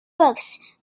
books